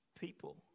people